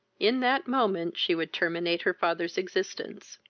in that moment she would terminate her father's existence.